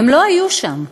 הם לא היו שם.